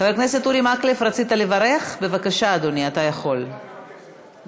אני קובעת כי חוק הפיקוח על שירותים פיננסיים (ביטוח) (תיקון מס' 35),